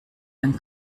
den